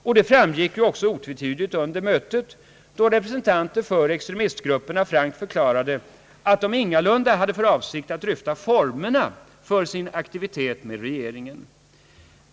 Detta framgick också otvetydigt under mötet då representanter för extremistgrupperna frankt förklarade att de ingalunda hade för avsikt att diskutera formerna för sin aktivitet med regeringen.